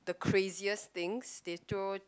the craziest things they throw